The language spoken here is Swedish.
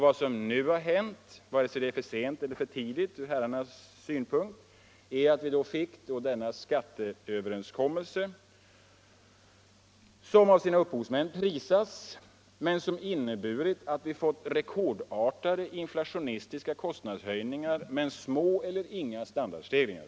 Vad som nu har hänt, vare sig det är för sent eller för tidigt ur herrarnas synvinkel, är att vi fått denna skatteöverenskommelse, som prisas av sina upphovsmän men som inneburit rekordartade, inflationistiska kostnadshöjningar och små eller inga standardstegringar.